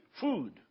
food